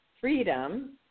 freedom